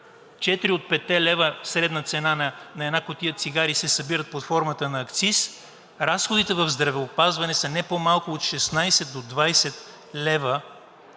петте лева средна цена на една кутия цигари се събират под формата на акциз, разходите в здравеопазване са не по-малко от 16 до 20 лв.